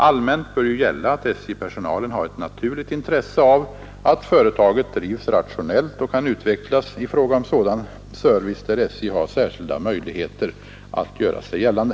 Allmänt bör ju gälla att SJ-personalen har ett naturligt intresse av att företaget drivs rationellt och kan utvecklas i fråga om sådan service där SJ har särskilda möjligheter att göra sig gällande.